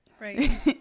Right